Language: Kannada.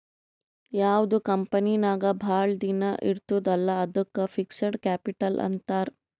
ಯಾವ್ದು ಕಂಪನಿ ನಾಗ್ ಭಾಳ ದಿನ ಇರ್ತುದ್ ಅಲ್ಲಾ ಅದ್ದುಕ್ ಫಿಕ್ಸಡ್ ಕ್ಯಾಪಿಟಲ್ ಅಂತಾರ್